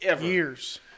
years